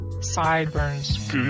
sideburns